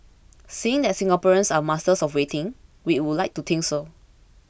seeing that Singaporeans are masters of waiting we would like to think so